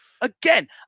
again